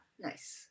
Nice